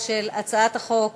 של הצעת חוק